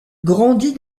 grandit